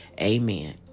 Amen